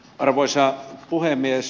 arvoisa puhemies